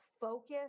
focus